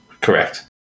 Correct